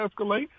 escalate